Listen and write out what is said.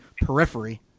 Periphery